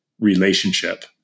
relationship